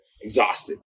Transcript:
exhausted